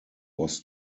was